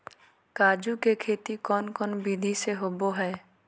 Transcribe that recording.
काजू के खेती कौन कौन विधि से होबो हय?